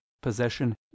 possession